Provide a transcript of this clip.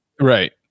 Right